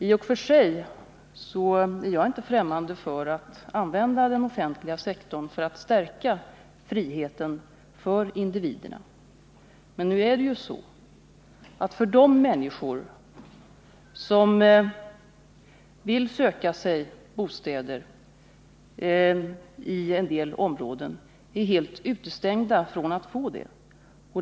I och för sig är jag inte främmande för att använda den offentliga sektorn för att stärka friheten för individerna, men nu är det ju så att många av de människor som vill söka sig bostäder i en del områden är helt utestängda från att få bostäder där.